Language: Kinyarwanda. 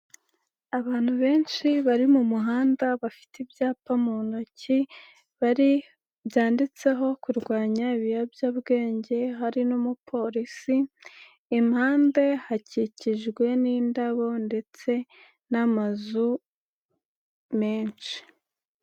Abantu benshi bari mu muhanda bafite ibyapa mu ntoki, bari byanditseho kurwanya ibiyobyabwenge hari n'umupolisi, impande hakikijwe n'indabo ndetse n'amazu menshi.